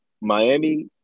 Miami